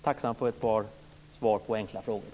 Jag är tacksam för svar på dessa enkla frågor.